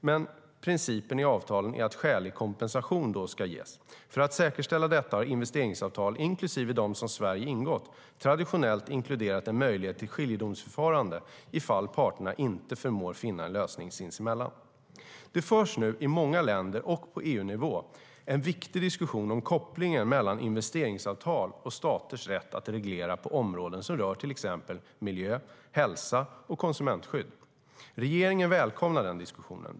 Men principen i avtalen är att skälig kompensation då ska ges. För att säkerställa detta har investeringsavtal, inklusive de som Sverige ingått, traditionellt inkluderat en möjlighet till skiljedomsförfarande ifall parterna inte förmår finna en lösning sinsemellan. Det förs nu i många länder och på EU-nivå en viktig diskussion om kopplingen mellan investeringsavtal och staters rätt att reglera på områden som rör till exempel miljö, hälsa och konsumentskydd. Regeringen välkomnar den diskussionen.